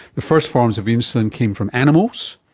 the first forms of insulin came from animals,